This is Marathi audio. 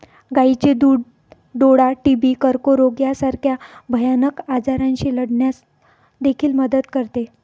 गायीचे दूध डोळा, टीबी, कर्करोग यासारख्या भयानक आजारांशी लढण्यास देखील मदत करते